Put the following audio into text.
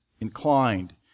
inclined